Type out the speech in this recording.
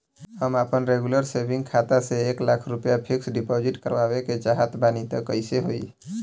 हम आपन regular saving खाता से एक लाख रुपया फिक्स डिपॉज़िट करवावे के चाहत बानी त कैसे होई?